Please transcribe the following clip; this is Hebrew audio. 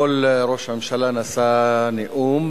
אתמול ראש הממשלה נשא נאום.